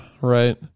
right